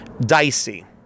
dicey